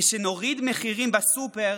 כשנוריד מחירים בסופר